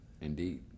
Indeed